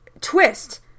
twist